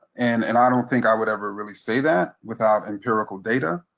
and and i don't think i would ever really say that without empirical data.